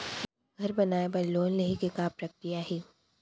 घर बनाये बर लोन लेहे के का प्रक्रिया हे?